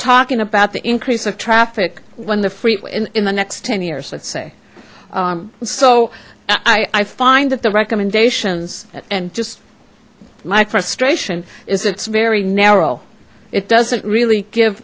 talking about the increase of traffic when the freeway in the next ten years let's say so i i find that the recommendations and just my frustration is it's very narrow it doesn't really give